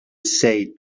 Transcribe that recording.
say